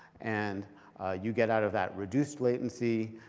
and you get out of that reduced latency,